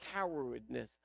cowardness